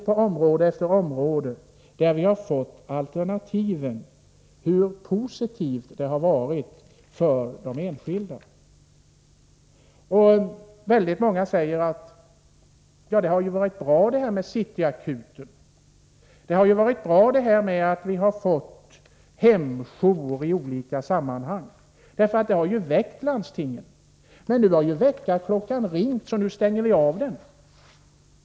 På område efter område, där vi har fått se alternativ har det varit positivt för den enskilde. Väldigt många säger att City Akuten har varit bra och att hemjour i olika sammanhang har varit bra. Det har ju väckt landstingen. Men nu har väckarklockan ringt så nu stänger vi av den.